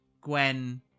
Gwen